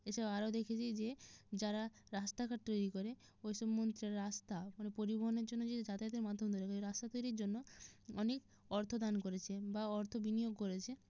এছাড়াও আরও দেখছি যে যারা রাস্তাঘাট তৈরি করে ওই সব মন্ত্রীরা রাস্তা মানে পরিবহণের জন্য যে যাতায়াতের মাধ্যম তৈরি করে রাস্তা তৈরির জন্য অনেক অর্থ দান করেছে বা অর্থ বিনিয়োগ করেছে